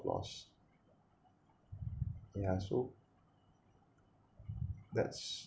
loss yeah so that's